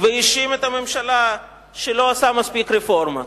והאשים את הממשלה שהיא לא עושה מספיק רפורמות.